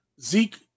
Zeke